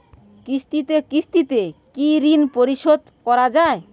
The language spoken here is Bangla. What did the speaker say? কিস্তিতে কিস্তিতে কি ঋণ পরিশোধ করা য়ায়?